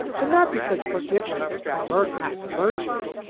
but not because forgiveness or mercy is a virtue,